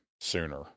sooner